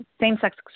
same-sex